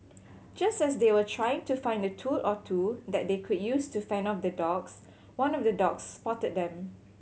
just as they were trying to find a tool or two that they could use to fend off the dogs one of the dogs spotted them